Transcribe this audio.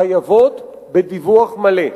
חייבים בדיווח מלא.